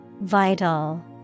Vital